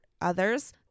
others